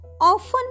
often